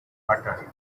butter